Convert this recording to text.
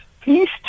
please